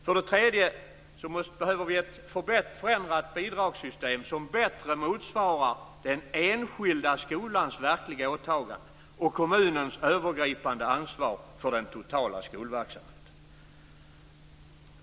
För det tredje behöver vi ett förändrat bidragssystem som bättre motsvarar den enskilda skolans verkliga åtagande och kommunens övergripande ansvar för den totala skolverksamheten.